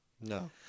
No